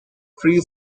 free